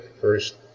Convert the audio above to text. first